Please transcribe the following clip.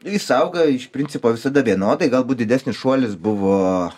jis auga iš principo visada vienodai galbūt didesnis šuolis buvo